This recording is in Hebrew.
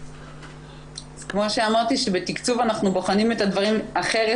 אז כמו שאמרתי שבתקצוב אנחנו בוחנים את הדברים אחרת